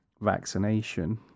vaccination